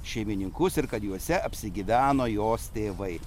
šeimininkus ir kad juose apsigyveno jos tėvai